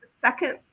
second